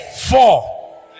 Four